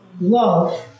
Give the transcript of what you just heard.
love